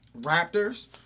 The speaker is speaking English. Raptors